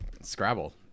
Scrabble